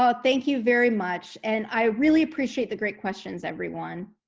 ah thank you very much and i really appreciate the great questions, everyone.